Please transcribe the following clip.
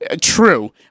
true